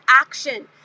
action